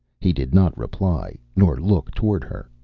he did not reply nor look toward her.